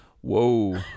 Whoa